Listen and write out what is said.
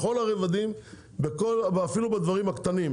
בכל הרבדים ואפילו בדברים הקטנים,